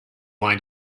why